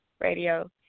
Radio